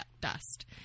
dust